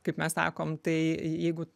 kaip mes sakom tai jeigu